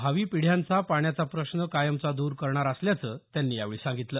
भावी पिढ्यांचा पाण्याचा प्रश्न कायमचा द्र करणार असल्याचं त्यांनी सांगितलं